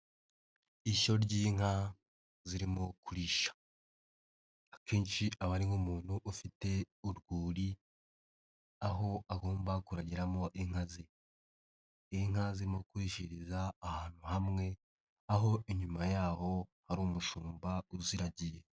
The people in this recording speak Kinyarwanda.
Ishyo ry'inka zirimo kurisha, akenshi aba ari nk'umuntu ufite urwuri aho agomba kuragiramo inka ze, inka zirimo kurishiriza ahantu hamwe aho inyuma yaho hari umushumba uziragiye.